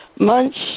months